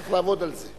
צריך לעבוד על זה.